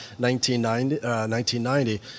1990